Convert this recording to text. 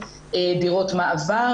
דירות מעבר